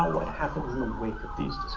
what happens in the wake of these